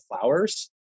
flowers